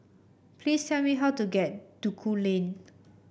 please tell me how to get Duku Lane